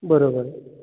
बरोबर